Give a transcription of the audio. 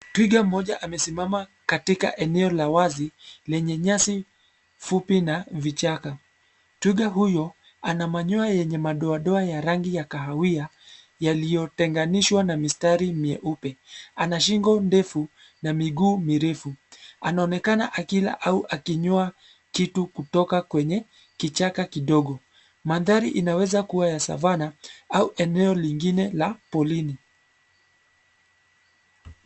Twiga mmoja amesimama katika eneo la wazi lenye nyasi fupi na vichaka. Twiga huyo ana manyoya yenye madoadoa ya rangi ya kahawia yaliyotenganishwa na mistari mieupe. Ana shingo ndefu na miguu mirefu. Anaonekana akila au akinyua kitu kutoka kwenye kichaka kidogo. Mandhari inaweza kuwa ya savannah au eneo lingine la porini.